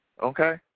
okay